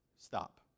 stop